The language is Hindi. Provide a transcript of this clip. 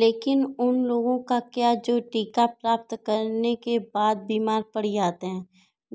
लेकिन उन लोगों का क्या जो टीका प्राप्त करने के बाद बीमार पड़ जाते हैं